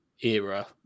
era